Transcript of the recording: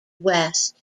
west